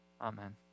Amen